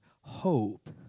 hope